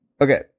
Okay